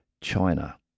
China